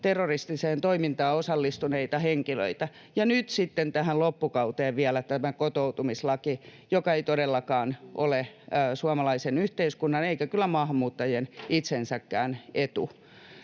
terroristiseen toimintaan osallistuneita henkilöitä, ja nyt sitten tähän loppukauteen vielä tämä kotoutumislaki, joka ei todellakaan ole suomalaisen yhteiskunnan eikä kyllä maahanmuuttajien itsensäkään etu.